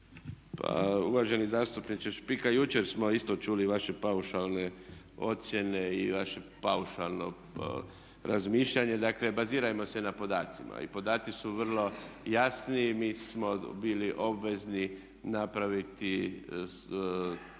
Pa uvaženi zastupniče Špika, jučer smo isto čuli vaše paušalne ocjene i vaše paušalno razmišljanje. Dakle, bazirajmo se na podacima. I podaci su vrlo jasni, mi smo bili obvezni napraviti